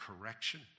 correction